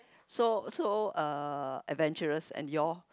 so so uh adventurous and you all